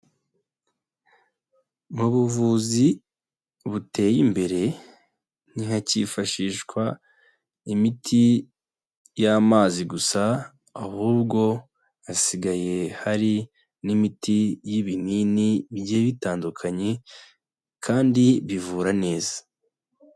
Mu buvuzi buteye imbere ntihakifashishwa imiti y'amazi gusa, ahubwo hasigaye hari n'imiti y'ibinini bigiye bitandukanye kandi bivura neza.